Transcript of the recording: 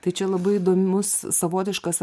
tai čia labai įdomus savotiškas